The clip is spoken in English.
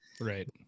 Right